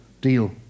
deal